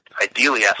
ideally